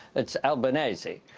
it's albanese,